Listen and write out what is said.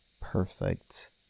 perfect